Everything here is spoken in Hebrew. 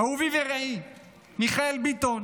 אהובי ורעי מיכאל ביטון,